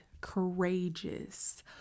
courageous